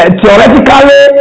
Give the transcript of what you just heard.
theoretically